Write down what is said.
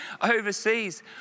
overseas